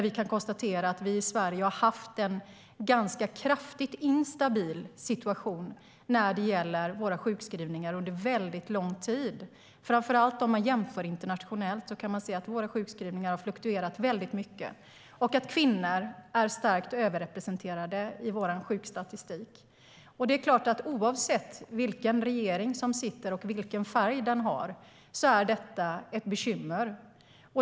Vi i Sverige har under lång tid haft en rejält instabil situation vad gäller sjukskrivningar. I en internationell jämförelse kan vi se att våra sjukskrivningar har fluktuerat mycket och att kvinnor är starkt överrepresenterade i vår sjukstatistik. Oavsett vilken regering som sitter och vilken färg den har är det ett bekymmer.